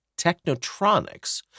technotronics